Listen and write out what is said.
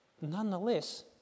nonetheless